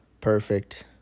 perfect